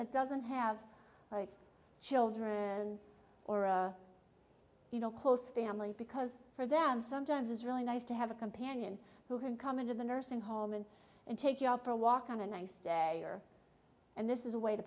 that doesn't have like children or a you know close family because for them sometimes it's really nice to have a companion who can come into the nursing home and and take you out for a walk on a nice day and this is a way to